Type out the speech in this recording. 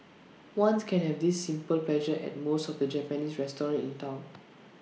ones can have this simple pleasure at most of the Japanese restaurants in Town